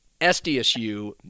SDSU